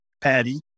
Patty